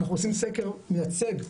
אנחנו עושים סקר מייצג,